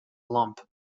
lump